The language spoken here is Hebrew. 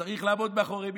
צריך לעמוד מאחורי מילה,